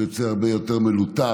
הוא יוצא הרבה יותר מלוטש,